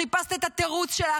חיפשת את התירוץ שלך.